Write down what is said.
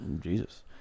Jesus